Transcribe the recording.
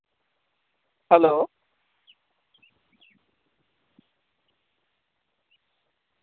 hello